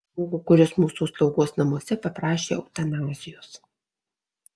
prisimenu žmogų kuris mūsų slaugos namuose paprašė eutanazijos